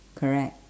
correct